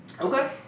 Okay